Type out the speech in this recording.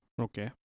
Okay